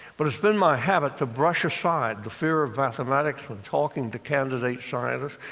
but it's been my habit to brush aside the fear of mathematics when talking to candidate scientists.